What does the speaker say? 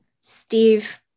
Steve